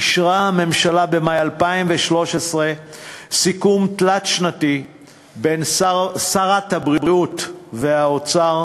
אישרה הממשלה במאי 2013 סיכום תלת-שנתי בין שרי הבריאות והאוצר